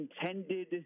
intended